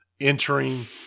entering